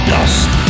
Lost